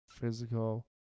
physical